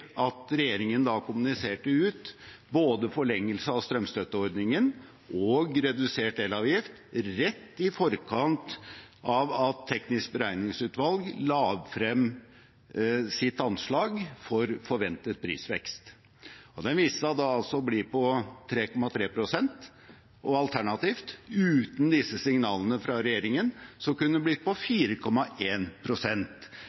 at regjeringen kommuniserte ut både forlengelse av strømstøtteordningen og redusert elavgift rett i forkant av at Teknisk beregningsutvalg la frem sitt anslag for forventet prisvekst. Den viste seg å bli på 3,3 pst., og alternativt, uten disse signalene fra regjeringen, kunne den blitt på